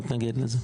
אני לא מתנגד לזה.